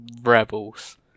Rebels